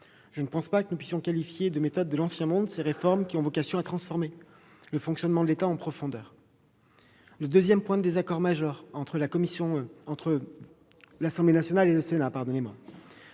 Je ne pense pas que l'on puisse qualifier de « méthodes de l'ancien monde » ces réformes qui ont vocation à transformer le fonctionnement de l'État en profondeur. Le deuxième point de désaccord majeur entre l'Assemblée nationale et le Sénat a trait